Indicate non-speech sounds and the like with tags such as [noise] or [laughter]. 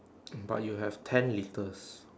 [noise] but you have ten litres